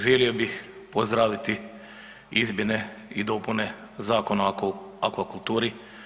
Želio bih pozdraviti izmjene i dopune Zakona o akvakulturi.